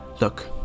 Look